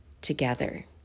together